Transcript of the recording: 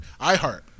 iHeart